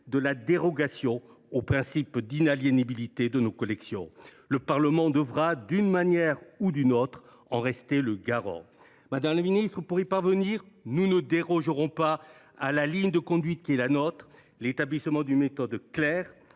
de la dérogation au principe d’inaliénabilité de nos collections. Le Parlement devra, d’une manière ou d’une autre, en rester le garant. Madame la ministre, pour y parvenir, nous ne dérogerons pas à la ligne de conduite qui est la nôtre : l’établissement d’une méthode claire